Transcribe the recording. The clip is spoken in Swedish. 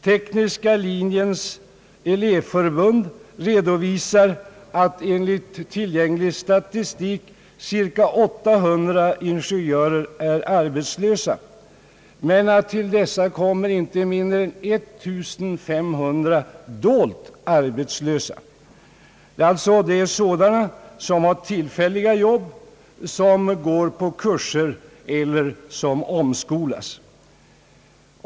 Tekniska linjens elevförbund redovisar att enligt tillgänglig statistik cirka 800 ingenjörer är arbetslösa, men att till dessa kommer inte mindre än 1500 »dolt» arbetslösa, alltså sådana som har tillfälliga jobb, som går på kurser eller som omskolas.